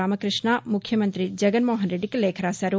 రామకృష్ణ ముఖ్యమంత్రి జగన్మోహన్ రెడ్లికి లేఖ రాశారు